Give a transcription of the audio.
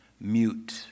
mute